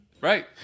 right